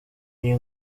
iyi